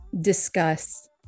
discuss